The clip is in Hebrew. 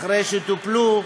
אחרי שטופלו,